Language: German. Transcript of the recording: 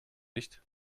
nicht